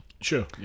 Sure